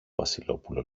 βασιλόπουλο